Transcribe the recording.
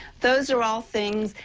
those are all things,